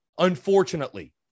unfortunately